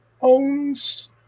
owns